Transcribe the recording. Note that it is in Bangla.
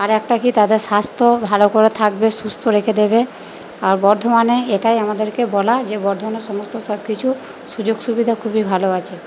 আর একটা কি তাদের স্বাস্থ্য ভালো করে থাকবে সুস্থ রেখে দেবে আর বর্ধমানে এটাই আমাদেরকে বলা যে বর্ধমানে সমস্ত সব কিছু সুযোগ সুবিধা খুবই ভালো আছে